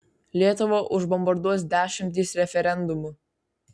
lietuvą užbombarduos dešimtys referendumų